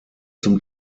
zum